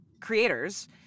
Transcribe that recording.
creators